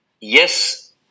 yes